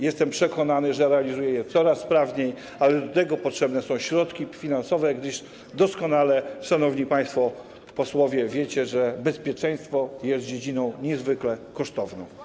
Jestem przekonany, że realizuje je coraz sprawniej, ale do tego potrzebne są środki finansowe, gdyż - jak doskonale wiecie, szanowni państwo posłowie - bezpieczeństwo jest dziedziną niezwykle kosztowną.